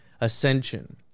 ascension